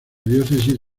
diócesis